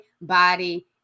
body